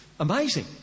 amazing